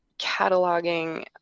cataloging